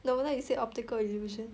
no wonder you said optical illusion